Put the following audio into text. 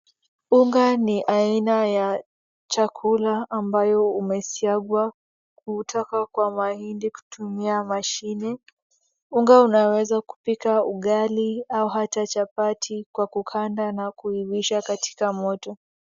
Unga ni aina ya chakula ambayo umesiagwa kutoka kwa mahindi kutumia mashini. Unga unaweza kupika ugali au ata chapati kwa kukanda na kuivisha katika moto.